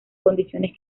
condiciones